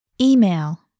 Email